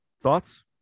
Thoughts